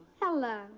Hello